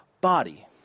body